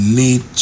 need